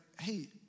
hey